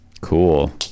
Cool